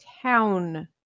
town